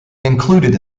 included